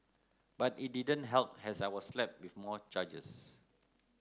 but it didn't help as I was slapped with more charges